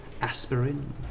Aspirin